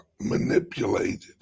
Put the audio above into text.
manipulated